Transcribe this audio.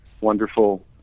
wonderful